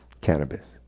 Cannabis